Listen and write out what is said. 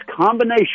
combination